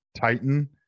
Titan